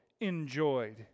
enjoyed